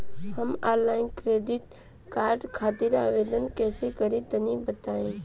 हम online credit card खातिर आवेदन कइसे करि तनि बताई?